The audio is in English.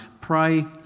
pray